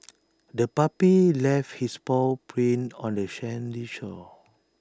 the puppy left its paw prints on the sandy shore